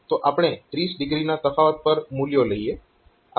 તો આપણે 30o ના તફાવત પર મૂલ્યો લઈએ